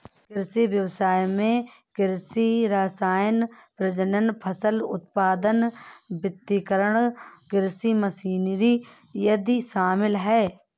कृषि व्ययसाय में कृषि रसायन, प्रजनन, फसल उत्पादन, वितरण, कृषि मशीनरी आदि शामिल है